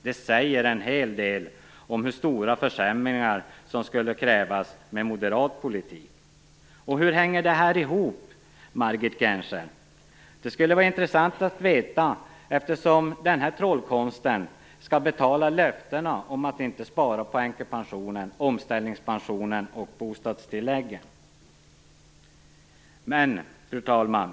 Det säger en hel del om hur stora försämringar som det skulle bli med moderat politik. Hur hänger detta ihop, Margit Gennser? Det skulle vara intressant att få veta det, speciellt som denna trollkonst skall betala löftena om att man inte skall spara på änkepensionen, omställningspensionen och bostadstilläggen. Fru talman!